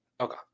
Okay